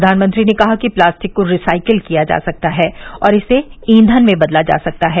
प्रधानमंत्री ने कहा कि प्लास्टिक को रिसाइकिल किया जा सकता है और इसे ईंघन में बदला जा सकता है